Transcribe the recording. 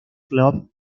club